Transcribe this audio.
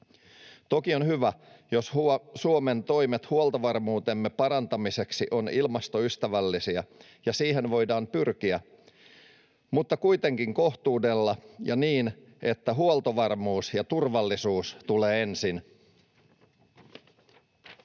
Toki on hyvä, jos Suomen toimet huoltovarmuutemme parantamiseksi ovat ilmastoystävällisiä. Siihen voidaan pyrkiä, mutta kuitenkin kohtuudella ja niin, että huoltovarmuus ja turvallisuus tulevat ensin.